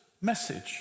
message